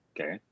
Okay